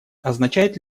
означает